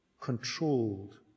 Controlled